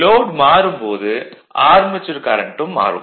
load மாறும் போது armature கரண்ட்டும் மாறும்